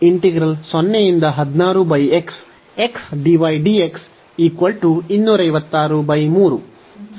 ಆದ್ದರಿಂದ ಅದು 2563 ಮೌಲ್ಯವಾಗಿದೆ